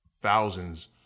thousands